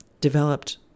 developed